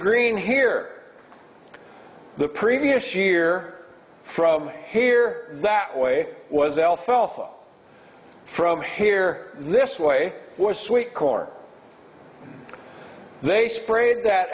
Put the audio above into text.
green here the previous year from here that way was alfalfa from here this way was sweet corn they sprayed that